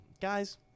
guys